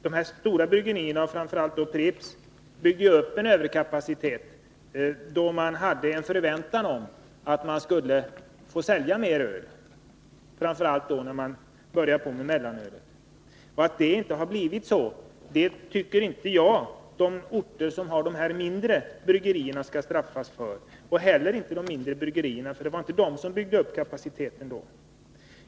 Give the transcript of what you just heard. De stora bryggerierna och framför allt Pripps byggde ju upp en överkapacitet, då man hade förväntningar om att få sälja mer öl, framför allt när vi började med mellanölet. Att det inte blivit så tycker jag inte att de orter som har de mindre bryggerierna skall straffas för och inte heller de mindre bryggerierna, för det var ju inte dessa som byggde upp kapaciteten då.